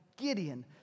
Gideon